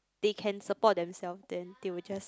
they can support themselves then they will just